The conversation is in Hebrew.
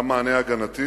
גם מענה הגנתי.